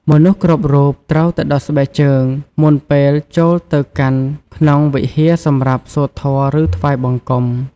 មនុស្សគ្រប់រូបត្រូវតែដោះស្បែកជើងមុនពេលចូលទៅកាន់ក្នុងវិហារសម្រាប់សូត្រធម៌ ឬថ្វាយបង្គំ។